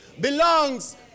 belongs